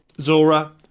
Zora